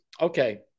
Okay